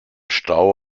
stau